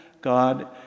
God